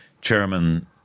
chairman